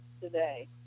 today